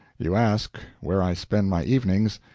you ask where i spend my evenings.